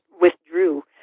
withdrew